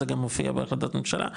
זה גם מופיע בהחלטת ממשלה,